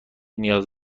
نیاز